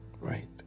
right